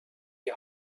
die